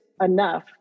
enough